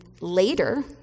Later